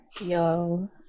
Yo